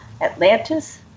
atlantis